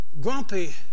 grumpy